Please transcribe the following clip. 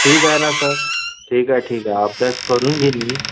ठीक आहे ना सर ठीक आहे ठीक आहे अभ्यास करून घेईन मी